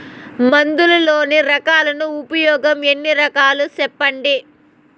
మందులలోని రకాలను ఉపయోగం ఎన్ని రకాలు? సెప్పండి?